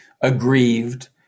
aggrieved